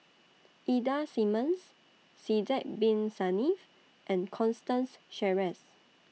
Ida Simmons Sidek Bin Saniff and Constance Sheares